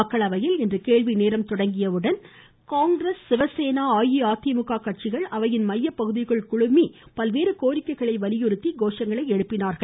மக்களவையில் இன்று கேள்வி நேரம் தொடங்கியதும் காங்கிரஸ் சிவசேனா அஇஅதிமுக கட்சிகள் அவையின் மையப்பகுதிக்குள் குழுமி பல்வேறு கோரிக்கைகளை வலியுறுத்தி கோஷங்களை எழுப்பினார்கள்